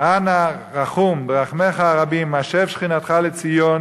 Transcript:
אנא רחום, ברחמיך הרבים, השב שכינתך לציון